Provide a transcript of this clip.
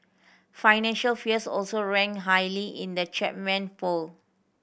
financial fears also ranked highly in the Chapman poll